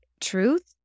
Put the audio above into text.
truth